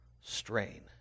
strain